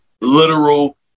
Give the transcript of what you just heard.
literal